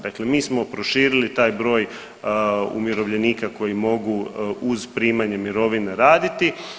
Dakle mi smo proširili taj broj umirovljenika koji mogu uz primanje mirovine raditi.